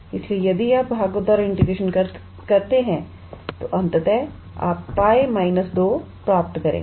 इसलिए यदि आप भागों द्वारा इंटीग्रेशन करते हैं तो अंततः आप 𝜋 − 2 प्राप्त करेंगे